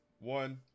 one